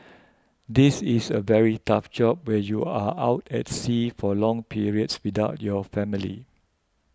this is a very tough job where you are out at sea for long periods without your family